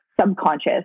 subconscious